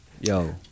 yo